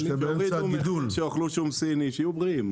שיורידו מכס, שיאכלו שום סיני, שיהיו בריאים.